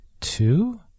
two